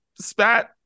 spat